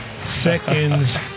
seconds